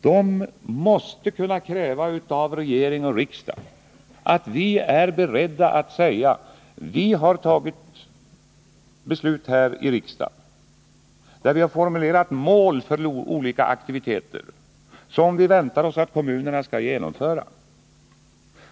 Men de måste kunna kräva av regering och riksdag att vi är beredda att säga: Vi har fattat beslut här i riksdagen där vi har formulerat mål för olika aktiviteter som vi väntar oss att kommunerna skall nå upp till.